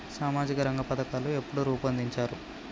సామాజిక రంగ పథకాలు ఎప్పుడు రూపొందించారు?